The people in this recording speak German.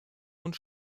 und